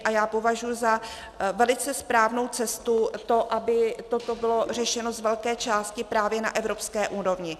A já považuji za velice správnou cestu to, aby toto bylo řešeno z velké části právě na evropské úrovni.